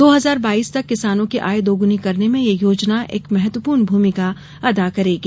दो हजार बाईस तक किसानों की आय दौगुनी करने में यह योजना एक महत्वपूर्ण भूमिका अदा करेगी